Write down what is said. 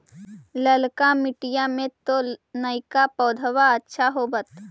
ललका मिटीया मे तो नयका पौधबा अच्छा होबत?